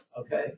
Okay